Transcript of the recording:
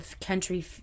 country